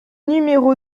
numéro